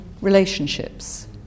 relationships